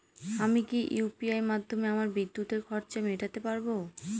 আমি কি ইউ.পি.আই মাধ্যমে আমার বিদ্যুতের খরচা মেটাতে পারব?